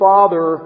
Father